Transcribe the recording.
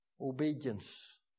Obedience